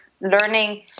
learning